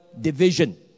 division